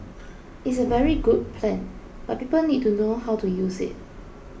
is a very good plan but people need to know how to use it